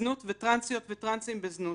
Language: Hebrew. בזנות וטרנסיות וטרנסים בזנות.